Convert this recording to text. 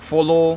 follow